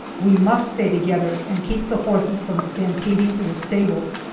we must stay together and keep the horses from stampeding to the stables!